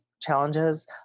challenges